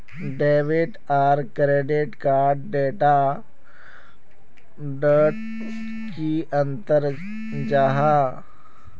Debit आर credit card डोट की अंतर जाहा?